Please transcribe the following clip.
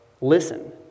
listen